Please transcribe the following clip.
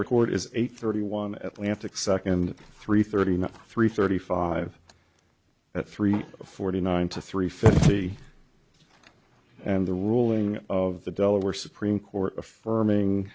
record is eight thirty one atlanta second three thirty three thirty five at three forty nine to three fifty and the ruling of the delaware supreme court affirming